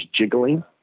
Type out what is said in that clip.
jiggling